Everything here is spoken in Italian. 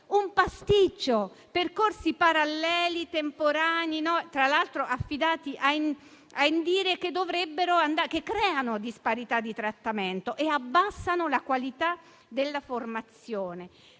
un pasticcio: percorsi paralleli temporanei, tra l'altro affidati a INDIRE, che creano disparità di trattamento e abbassano la qualità della formazione,